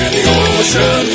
ocean